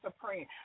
supreme